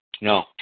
No